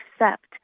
accept